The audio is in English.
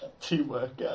Teamwork